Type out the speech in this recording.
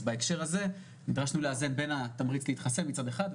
אז בהקשר הזה נדרשנו לאזן בין התמריץ להתחסן מצד אחד,